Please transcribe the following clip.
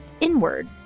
inward